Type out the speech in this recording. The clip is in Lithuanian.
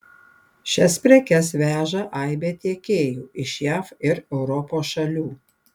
šias prekes veža aibė tiekėjų iš jav ir europos šalių